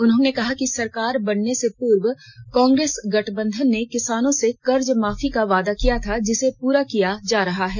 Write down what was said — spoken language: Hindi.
उन्होंने कहा कि सरकार बनने से पूर्व कांग्रेस गठबंधन ने किसानों से कर्ज माफी का वादा किया था जिसे पूरा किया जा रहा है